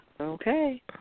Okay